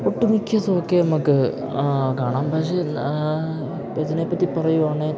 ഒട്ടുമിക്ക ന്യൂസൊക്കെ നമുക്ക് കാണാം പക്ഷേ ഇപ്പോൾ ഇതിനെപ്പറ്റി പറയുവാണേൽ